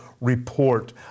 report